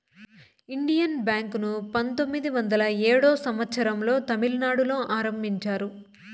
Indian bank ను పంతొమ్మిది వందల ఏడో సంవచ్చరం లో తమిళనాడులో ఆరంభించారు